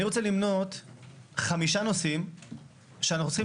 אני רוצה למנות חמישה נושאים שאנחנו צריכים